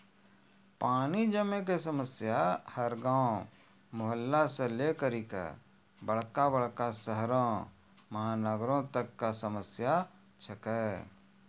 पानी जमै कॅ समस्या हर गांव, मुहल्ला सॅ लै करिकॅ बड़का बड़का शहरो महानगरों तक कॅ समस्या छै के